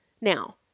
Now